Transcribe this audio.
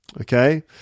okay